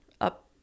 up